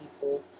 people